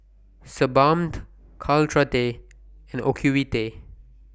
Sebamed Caltrate and Ocuvite